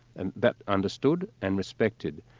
and that understood, and respected.